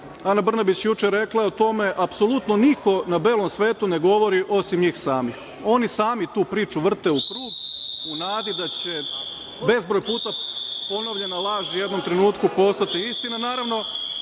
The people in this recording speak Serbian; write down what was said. Ana Brnabić juče rekla o tome, apsolutno niko na belom svetu ne govori, osim njih samih. Oni sami tu priču vrte u krug u nadi da će bezbroj puta ponovljena laž u jednom trenutku postati istina. Naravno,